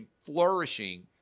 flourishing